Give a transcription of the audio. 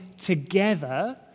together